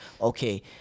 okay